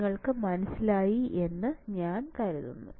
നിങ്ങൾക്ക് മനസ്സിലായി എന്നു ഞാൻ കരുതുന്നു